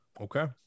Okay